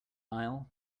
aisle